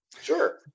sure